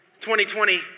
2020